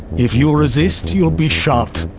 if you resist, you'll be shot.